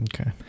Okay